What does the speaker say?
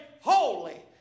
holy